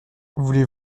voulez